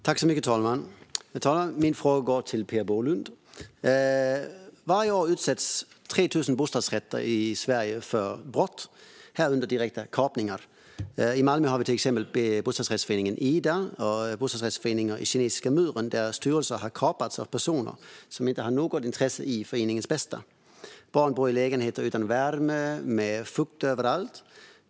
Fru talman! Min fråga går till Per Bolund. Varje år utsätts 3 000 bostadsrätter i Sverige för brott, även direkta kapningar. I Malmö har vi till exempel bostadsrättsföreningen Ida och bostadsrättsföreningar i Kinesiska muren där styrelser har kapats av personer som inte har något intresse av föreningens bästa. Barn bor i lägenheter utan värme och med fukt överallt.